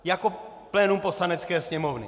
Jako plénum Poslanecké sněmovny.